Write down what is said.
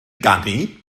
ganu